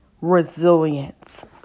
resilience